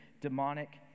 demonic